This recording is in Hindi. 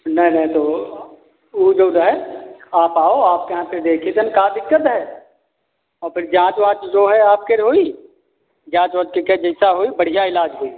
न न तो ऊ जौन हय आप आओ आप के यहाँ पैन देखित हय का दिक्कत हय औ फिर जाँच वांच जो है आप केर होही जाँच वांच करिके जैसा होही बढ़िया इलाज होही